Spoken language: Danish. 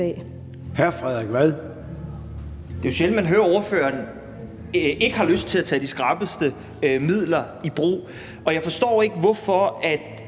Frederik Vad (S): Det er jo sjældent, man hører, at ordføreren ikke har lyst til at tage de skrappeste midler i brug, og jeg forstår ikke, hvorfor det